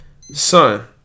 son